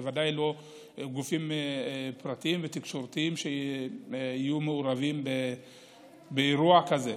בוודאי לא גופים פרטיים ותקשורתיים שהיו מעורבים באירוע כזה.